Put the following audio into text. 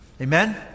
Amen